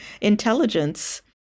intelligence